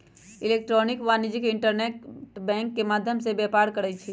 electronic वाणिज्य internet के माध्यम से व्यापार करइ छै